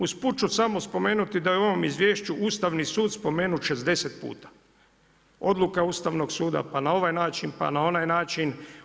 Usput ću samo spomenuti da je u ovom izvješću Ustavni sud spomenut 60 puta, odluka Ustavnog suda pa na ovaj način, pa na onaj način.